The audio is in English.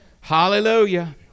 Hallelujah